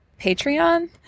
Patreon